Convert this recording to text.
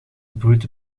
brute